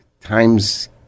times